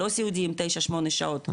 לא סיעודי עם תשע-שמונה שעות.